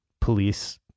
police